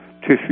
tissue